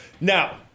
now